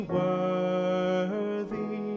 worthy